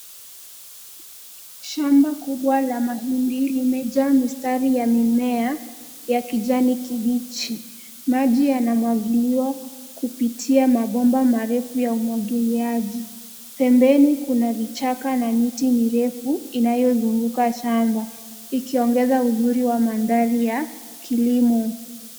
Shamba kubwa la mahindi, limejaa mistari ya mimea ya kijani kibichi maji yanamwagiliwa kupitia mabomba marefu ya umwagiliaji. Pembeni kuna vichaka na miti mirefu, inayozunguka shamba. Ikiongeza uzuri wa mandhari ya kilimo.